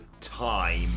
time